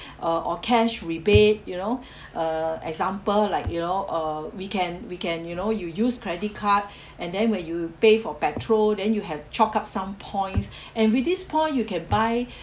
or or cash rebate you know uh example like you know uh we can we can you know you use credit card and then when you pay for petrol then you have chalked up some points and with this point you can buy